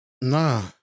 Nah